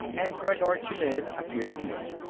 and khreggor chmidd appeared in it.